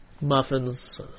Muffins